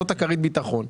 זאת כרית הביטחון.